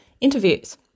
interviews